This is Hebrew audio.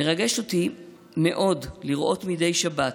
מרגש אותי לראות מדי שבת